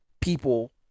people